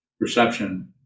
perception